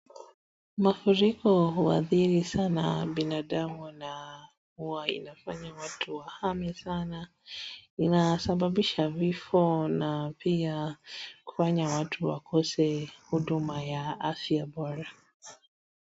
Mafuriko huadhiri sana binandamu na hua inafanya watu wahame sana. Inasababisha vifo na pia kufanya watu wakose huduma ya afya bora.